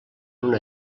una